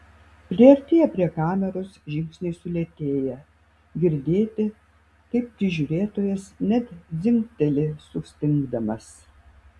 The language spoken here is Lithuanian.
priartėję prie kameros žingsniai sulėtėja girdėti kaip prižiūrėtojas net dzingteli sustingdamas